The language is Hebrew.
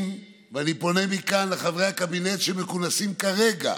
ואני פונה מכאן לחברי הקבינט שמכונסים כרגע: